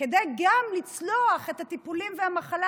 כדי גם לצלוח את הטיפולים והמחלה,